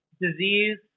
Disease